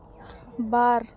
ᱵᱟᱨ